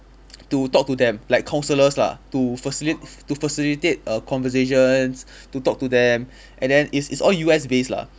to talk to them like counsellors lah to facilit~ to facilitate a conversations to talk to them and then it's it's all U_S based lah